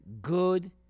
good